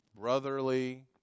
brotherly